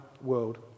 world